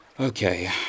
Okay